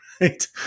right